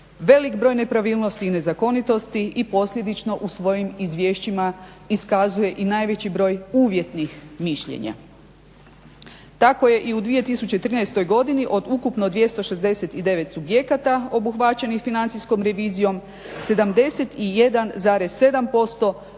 veliki broj nepravilnosti i nezakonitosti i posljedično u svojim izvješćima iskazuje i najveći broj uvjetnih mišljenja. Tako je i u 2013.godini od ukupno 269 subjekata obuhvaćenih financijskom revizijom 71,7%